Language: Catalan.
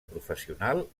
professional